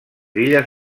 illes